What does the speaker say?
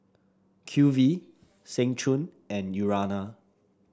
Q V Seng Choon and Urana